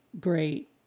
great